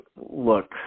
look